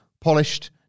polished